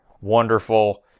wonderful